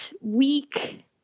week